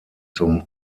zum